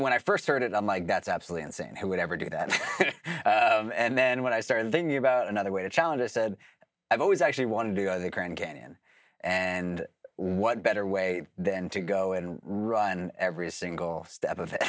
when i first heard it i'm like that's absolute insanity would ever do that and then when i started thinking about another way to challenge i said i've always actually wanted to go to the grand canyon and what better way then to go and run every single step of it